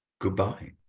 goodbye